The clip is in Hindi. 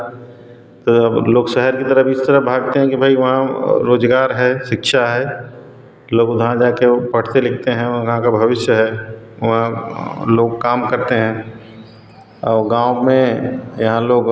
तो अब लोग शहर की तरफ़ इस तरफ़ भागते हैं कि भाई वहाँ रोज़गार है शिक्षा है लोग उधर जाकर वह पढ़ते लिखते हैं वहाँ का भविष्य है वहाँ लोग काम करते हैं और गाँव में यहाँ लोग